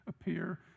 appear